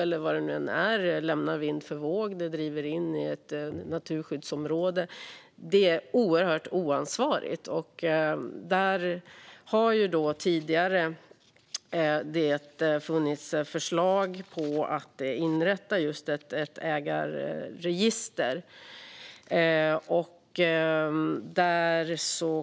Man kan ha lämnat båtar vind för våg, och de kan driva in i ett naturskyddsområde. Det är oerhört oansvarigt. Där har det då tidigare funnits förslag om att inrätta just ett ägarregister.